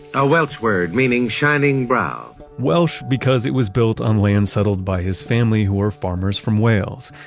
a welsh word, meaning shining brow welsh because it was built on land settled by his family who were farmers from wales,